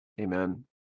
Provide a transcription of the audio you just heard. Amen